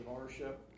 ownership